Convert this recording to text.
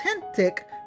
authentic